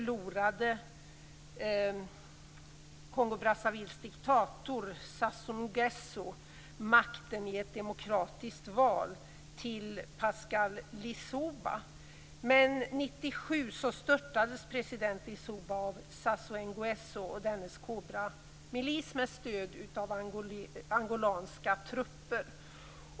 Lissouba. Men 1997 störtades president Lissouba av Sassou Nguesso och dennes Cobramilis med stöd av angolanska trupper.